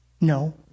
no